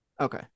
Okay